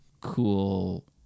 cool